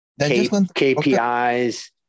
KPIs